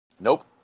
Nope